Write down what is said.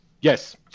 Yes